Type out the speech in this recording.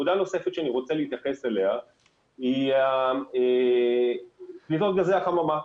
נקודה נוספת שאני רוצה להתייחס אליה היא פליטות גזי החממה.